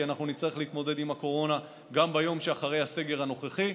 כי אנחנו נצטרך להתמודד עם הקורונה גם ביום שאחרי הסגר הנוכחי,